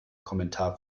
kommentar